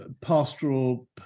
Pastoral